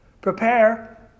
Prepare